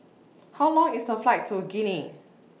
How Long IS A Flight to Guinea